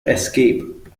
escape